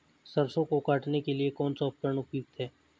सरसों को काटने के लिये कौन सा उपकरण उपयुक्त है?